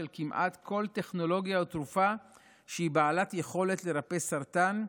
כמעט כל טכנולוגיה או תרופה שהיא בעלת יכולת לרפא סרטן,